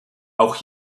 auch